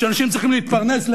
שאנשים צריכים להתפרנס?